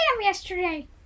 yesterday